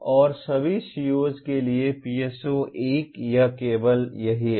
और सभी COs के लिए PSO1 यह केवल यही है